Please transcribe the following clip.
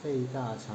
肺大肠